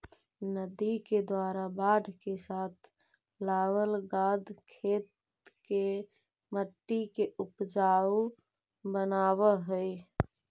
नदि के द्वारा बाढ़ के साथ लावल गाद खेत के मट्टी के ऊपजाऊ बनाबऽ हई